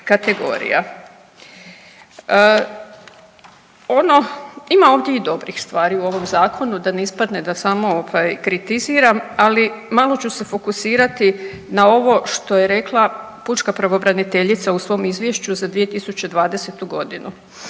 kategorija. Ima ovdje i dobrih stvari u ovom zakonu, da ne ispadne da samo kritiziram, ali malo ću se fokusirati na ovo što je rekla pučka pravobraniteljica u svom izvješću za 2020.g.